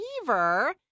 fever